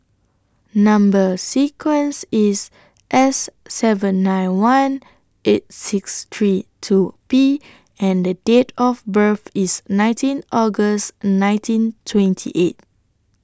Number sequence IS S seven nine one eight six three two P and Date of birth IS nineteen August nineteen twenty eight